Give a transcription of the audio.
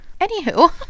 Anywho